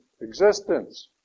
existence